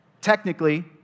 technically